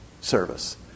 service